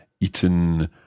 eaten